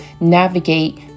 navigate